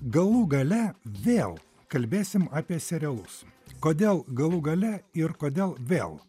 galų gale vėl kalbėsim apie serialus kodėl galų gale ir kodėl vėl